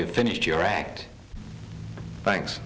you've finished your act thanks